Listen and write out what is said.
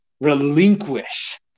relinquish